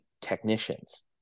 technicians